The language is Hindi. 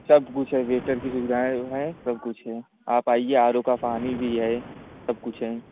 सब कुछ है वेटर की सुविधाएँ हैं सब है आप आइए आरो का पानी भी है सब कुछ है